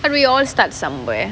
and we all start somewhere